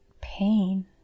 pain